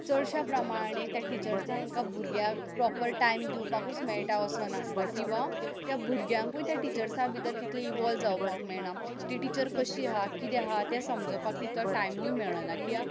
चडशा प्रमाणें त्या टिचर्सांक त्या भुरग्यांक प्रोपर टायम दिवपाकूच मेयटा असो नासता किंवां त्या भुरग्यांकूय त्या टिचर्सांक तितले इवोल्व जावपाक मेयणा ती टिचर कशी आहा किदें आहा तें समजोपाक तितलो टायमूय मेळना किद्या